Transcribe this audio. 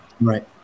Right